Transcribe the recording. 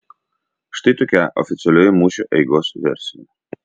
štai tokia oficialioji mūšio eigos versija